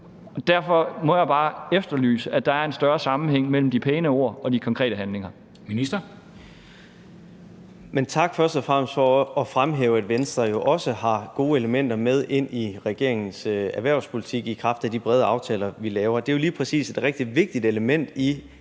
Derfor må jeg bare efterlyse, at der er en større sammenhæng mellem de pæne ord og de konkrete handlinger.